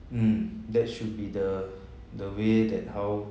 mm that should be the the way that how